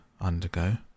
undergo